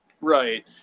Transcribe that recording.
Right